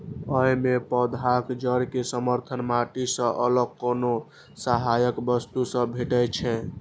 अय मे पौधाक जड़ कें समर्थन माटि सं अलग कोनो सहायक वस्तु सं भेटै छै